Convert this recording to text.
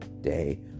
day